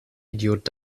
idiot